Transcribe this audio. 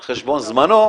על חשבון זמנו,